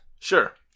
Sure